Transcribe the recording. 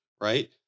Right